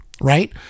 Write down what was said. right